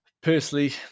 Personally